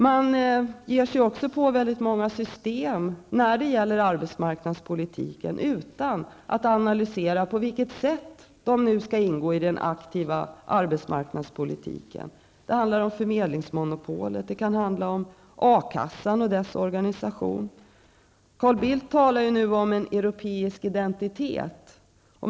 Man ger sig också på många system när det gäller arbetsmarknadspolitiken utan att analysera, på vilket sätt de skall ingå i den aktiva arbetsmarknadspolitiken. Det handlar om förmedlingsmonopolet, det kan handla om A Carl Bildt talar nu om en europeisk identitet.